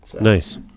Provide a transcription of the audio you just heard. nice